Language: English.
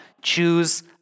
Choose